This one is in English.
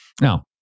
Now